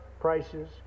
prices